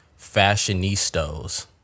fashionistas